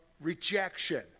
rejection